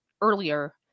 earlier